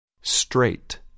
Straight